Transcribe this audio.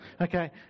Okay